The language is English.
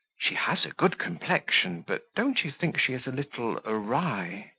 she has a good complexion, but don't you think she is a little awry?